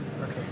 Okay